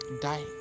die